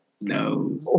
No